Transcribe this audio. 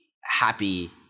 happy